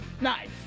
nice